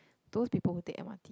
those people who take M_R_T